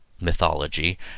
mythology